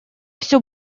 всё